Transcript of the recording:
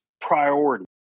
priority